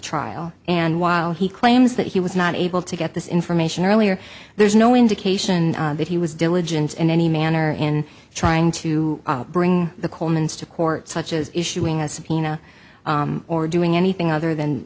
trial and while he claims that he was not able to get this information earlier there's no indication that he was diligent in any manner in trying to bring the colemans to court such as issuing a subpoena or doing anything other than